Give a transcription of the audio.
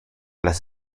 las